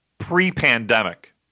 Pre-pandemic